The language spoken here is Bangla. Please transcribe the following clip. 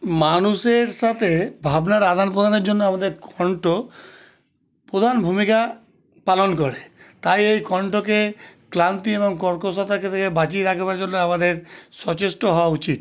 মানুষের সাথে ভাবনার আদানপ্রদানের জন্য আমাদের কণ্ঠ প্রধান ভূমিকা পালন করে তাই এই কণ্ঠকে ক্লান্তি এবং কর্কশতা থেকে বাঁচিয়ে রাখবার জন্যে আমাদের সচেষ্ট হওয়া উচিত